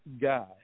guy